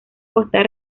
costa